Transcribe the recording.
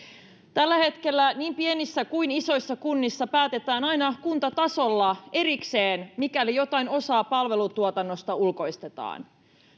tällä hetkellä niin pienissä kuin isoissa kunnissa päätetään aina kuntatasolla erikseen mikäli jotain osaa palvelutuotannosta ulkoistetaan